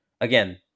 again